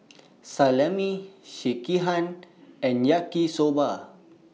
Salami Sekihan and Yaki Soba